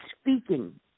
speaking